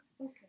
Okay